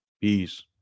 Peace